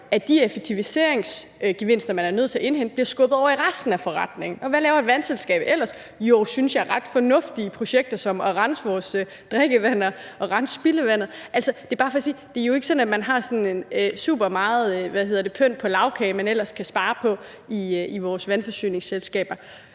at de effektiviseringsgevinster, man er nødt til at indhente, bliver skubbet over i resten af forretningen. Og hvad laver et vandselskab ellers? De laver ret fornuftige projekter, synes jeg, som at rense vores drikkevand og rense spildevandet. Altså, det er bare for at sige, at det jo ikke er sådan, at man har sådan supermeget pynt på lagkagen, man ellers kan spare på i vores vandforsyningsselskaber.